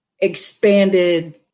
expanded